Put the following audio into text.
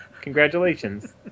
Congratulations